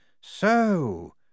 So